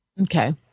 Okay